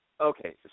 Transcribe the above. Okay